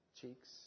cheeks